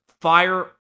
fire